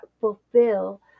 fulfill